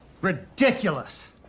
Ridiculous